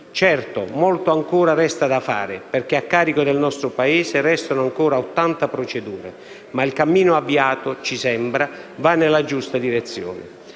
Certo, molto ancora resta da fare perché a carico del nostro Paese restano ancora 80 procedure; ma il cammino avviato - ci sembra - va nella giusta direzione.